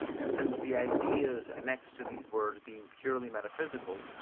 and since the ideas annexed to these words being purely metaphysical,